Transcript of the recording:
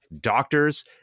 doctors